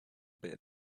bit